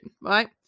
Right